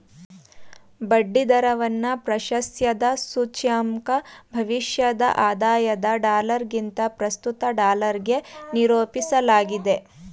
ಬಡ್ಡಿ ದರವನ್ನ ಪ್ರಾಶಸ್ತ್ಯದ ಸೂಚ್ಯಂಕ ಭವಿಷ್ಯದ ಆದಾಯದ ಡಾಲರ್ಗಿಂತ ಪ್ರಸ್ತುತ ಡಾಲರ್ಗೆ ನಿರೂಪಿಸಲಾಗಿದೆ